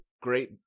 great